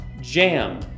jam